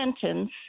sentence